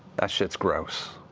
that shit's gross,